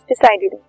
decided